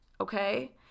okay